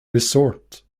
resort